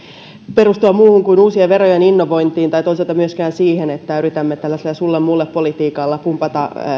perustua muuhun kuin uusien verojen innovointiin ja toisaalta ei myöskään siihen että yritämme tällaisella sulle mulle politiikalla pumpata